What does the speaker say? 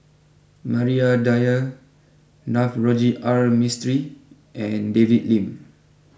Maria Dyer Navroji R Mistri and David Lim